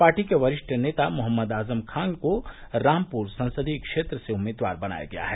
party के वरिष्ठ नेता मोहम्मद आजम खान को रामपुर संसदीय क्षेत्र से उम्मीदवार बनाया गया है